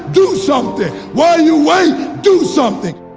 do something! while you wait do something.